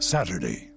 Saturday